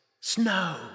Snow